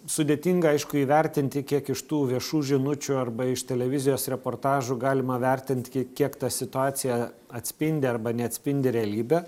sudėtinga aišku įvertinti kiek iš tų viešų žinučių arba iš televizijos reportažų galima vertint kiek ta situacija atspindi arba neatspindi realybę